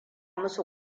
musu